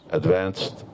advanced